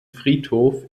friedhof